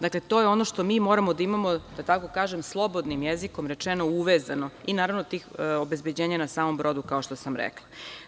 Dakle to je ono što moramo da imamo da tako kažem slobodnim jezikom rečeno uvezano i naravno tog obezbeđenja na samom brodu kao što sam rekao.